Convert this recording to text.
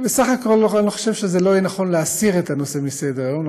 בסך הכול אני חושב שזה לא יהיה נכון להסיר את הנושא מסדר-היום,